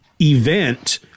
event